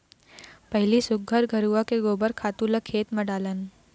पहिली सुग्घर घुरूवा के गोबर खातू ल खेत म डालन